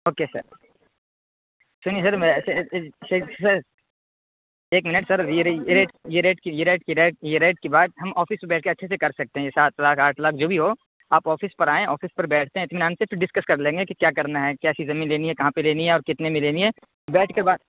okay sir سنیے sir میں ایسے سر ایک منٹ سر یہ رہی یہ ریٹ یہ ریٹ کی یہ ریٹ کی یہ ریٹ کی بات ہم آفس پہ بیٹھ کے اچھے سے کر سکتے ہیں سات لاکھ آٹھ لاکھ جو بھی ہو آپ آفس پر آئیں آفس پر بیٹھتے ہیں اطمینان سے پھر ڈسکس کر لیں گے کہ کیا ٹرن ہے کیسی زمین لینی ہے کہاں پہ لینی ہے اور کتنے میں لینی ہے بیٹھ کے بات